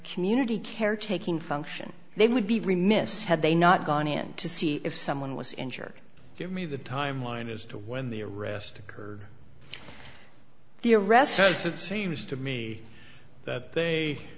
community care taking function they would be remiss had they not gone in to see if someone was injured give me the timeline as to when the arrest occurred the arrest yes it seems to me that